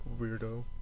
Weirdo